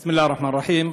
בסם אללה א-רחמאן א-רחים.